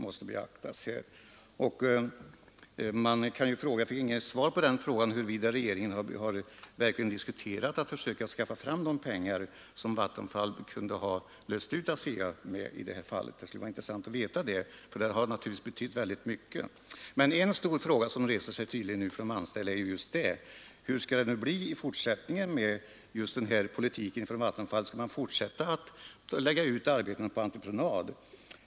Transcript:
Jag fick inget svar på frågan huruvida regeringen verkligen har diskuterat att försöka skaffa fram de pengar som Vattenfall kunde ha löst ut ASEA med i det här fallet. Det skulle vara intressant att veta det, för det hade naturligtvis betytt väldigt mycket om man gjort detta. En stor fråga som de anställda nu reser är: Hur skall det bli i fortsättningen med den här politiken från Vattenfall? Skall man fortsätta att lägga arbeten på entreprenad?